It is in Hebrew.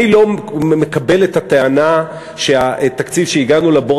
אני לא מקבל את הטענה שהגענו לבור